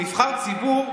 שהוא נבחר ציבור,